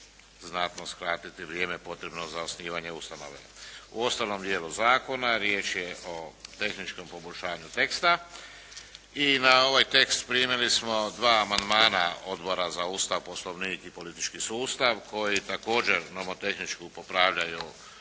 znatno skratiti vrijeme potrebno za osnivanja ustanove. U ostalom dijelu zakona riječ je o tehničkom poboljšanju teksta. I na ovaj tekst primili smo dva amandmana Odbora za Ustav, Poslovnik i politički sustav koji također nomotehnički popravljaju tekst.